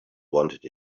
wanted